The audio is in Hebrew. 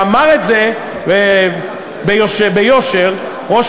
ואמר את זה ביושר ראש